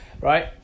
right